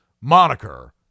moniker